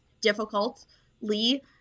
difficultly